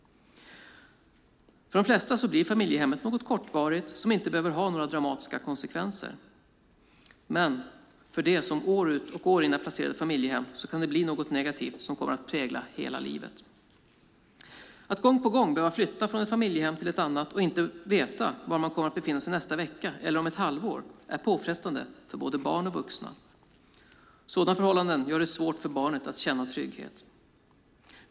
För de flesta blir familjehemmet något kortvarigt som inte behöver ha några dramatiska konsekvenser. Men för dem som år ut och år in är placerade i familjehem kan det bli något negativt som kommer att prägla hela livet. Att gång på gång behöva flytta från ett familjehem till ett annat och inte veta var man kommer att befinna sig nästa vecka eller om ett halvår är påfrestande för både barn och vuxna. Sådana förhållanden gör det svårt för barnet att känna trygghet.